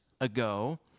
ago